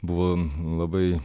buvo labai